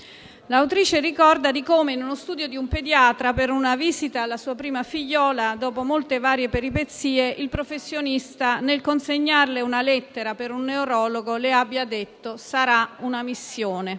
L'autrice ricorda di come, nello studio di un pediatra, per una visita alla sua prima figliola, dopo molte e varie peripezie, il professionista, nel consegnarle una lettera per un neurologo, le abbia detto: «Sarà una missione».